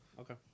Okay